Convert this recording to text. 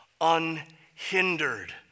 unhindered